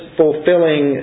fulfilling